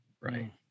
right